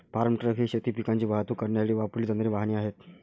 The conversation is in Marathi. फार्म ट्रक ही शेती पिकांची वाहतूक करण्यासाठी वापरली जाणारी वाहने आहेत